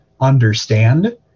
understand